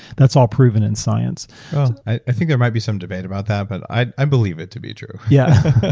that's all proven in science i think there might be some debate about that, but i i believe it to be true yeah,